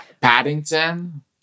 Paddington